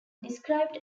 described